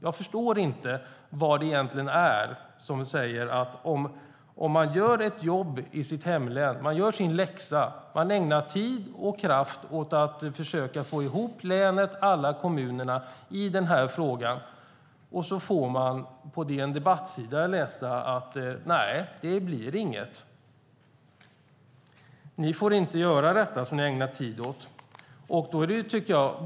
Jag förstår inte vad det egentligen är. Om man gör ett jobb i sitt hemlän, gör sin läxa, ägnar tid och kraft åt att försöka få ihop länet och alla kommunerna i den här frågan får man på en DN Debatt-sida läsa: Nej, det blir inget. Ni får inte göra detta som ni har ägnat tid åt.